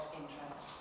interest